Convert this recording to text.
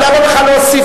למה לך להוסיף?